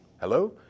Hello